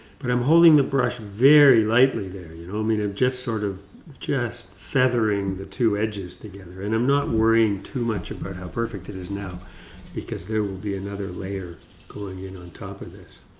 but i'm holding the brush very lightly there, you know, i mean i'm just sort of just feathering the two edges together and i'm not worrying too much about how perfect it is now because there will be another layer going in on top of this.